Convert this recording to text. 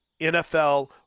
NFL